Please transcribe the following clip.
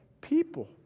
people